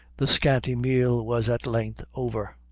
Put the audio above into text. the scanty meal was at length over